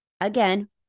again